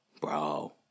bro